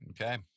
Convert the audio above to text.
okay